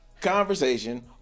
conversation